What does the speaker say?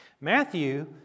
Matthew